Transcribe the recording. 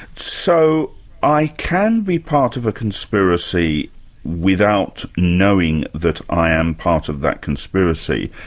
so i can be part of a conspiracy without knowing that i am part of that conspiracy,